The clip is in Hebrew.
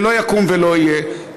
זה לא יקום ולא יהיה,